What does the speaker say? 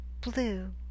Blue